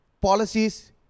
policies